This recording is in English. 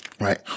right